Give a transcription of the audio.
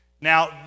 Now